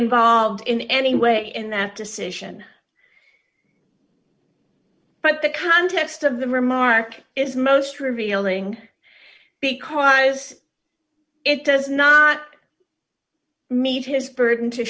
involved in any way in that decision but the context of the remark is most revealing because it does not meet his burden to